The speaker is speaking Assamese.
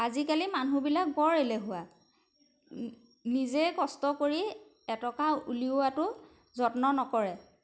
আজিকালি মানুহবিলাক বৰ এলেহুৱা নিজে কষ্ট কৰি এটকা উলিওৱাটো যত্ন নকৰে